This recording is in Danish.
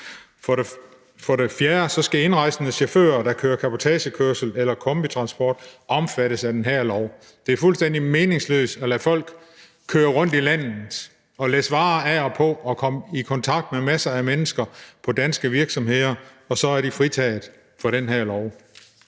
For det fjerde skal indrejsende chauffører, der kører cabotagekørsel eller kombitransport, omfattes af den her lov. Det er fuldstændig meningsløst at lade folk køre rundt i landet og læsse varer af og på og komme i kontakt med masser af mennesker på danske virksomheder, og så er de fritaget for de her